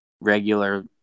regular